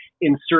insert